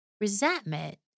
Resentment